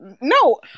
no